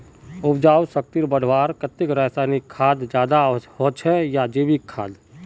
उपजाऊ शक्ति बढ़वार केते रासायनिक खाद ज्यादा अच्छा होचे या जैविक खाद?